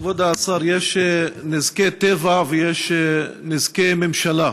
כבוד השר, יש נזקי טבע ויש נזקי ממשלה.